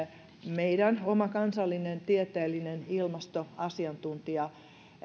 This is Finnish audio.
meidän oma kansallinen tieteellinen ilmastoasiantuntija